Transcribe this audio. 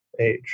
age